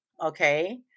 okay